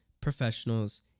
professionals